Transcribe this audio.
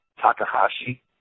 Takahashi